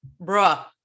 bruh